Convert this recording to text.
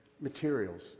materials